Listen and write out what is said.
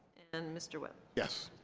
and mr. webb yes